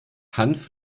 hanf